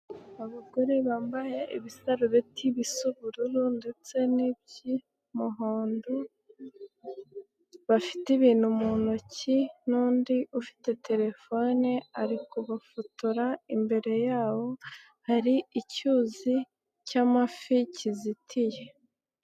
Abagore bambaye ibisarubeti bisa ubururu ndetse n'iby'umuhondo bafite ibintu mu ntoki n'undi ufite telefone ari kubafotora, imbere yabo hari icyuzi cy'amafi kizitiye.